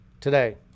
today